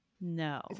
No